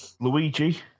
Luigi